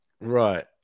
right